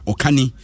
Okani